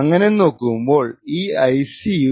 അങ്ങനെ നോക്കുമ്പോൾ ഈ ഐസി യും